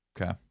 Okay